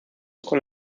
con